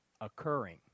occurring